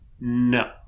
No